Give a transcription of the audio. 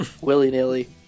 willy-nilly